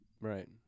right